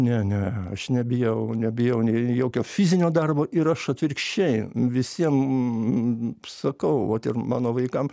ne ne aš nebijau nebijau nei jokio fizinio darbo ir aš atvirkščiai visiem sakau vat ir mano vaikam